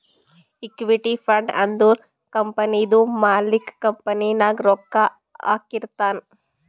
equity fund ಅಂದುರ್ ಕಂಪನಿದು ಮಾಲಿಕ್ಕ್ ಕಂಪನಿ ನಾಗ್ ರೊಕ್ಕಾ ಹಾಕಿರ್ತಾನ್